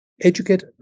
educate